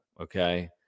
okay